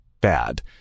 bad